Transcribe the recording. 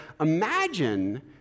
imagine